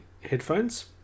headphones